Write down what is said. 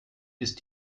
ist